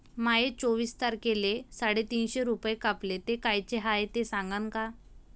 माये चोवीस तारखेले साडेतीनशे रूपे कापले, ते कायचे हाय ते सांगान का?